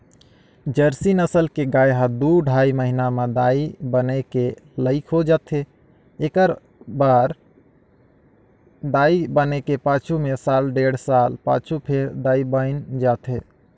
Jersey नसल के गाय ह दू ढ़ाई महिना म दाई बने के लइक हो जाथे, एकबार दाई बने के पाछू में साल डेढ़ साल पाछू फेर दाई बइन जाथे